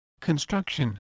construction